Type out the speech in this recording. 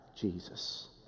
Jesus